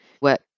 work